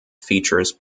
features